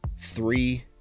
Three